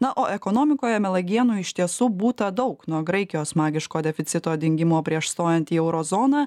na o ekonomikoje melagienų iš tiesų būta daug nuo graikijos magiško deficito dingimo prieš stojant į euro zoną